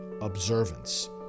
observance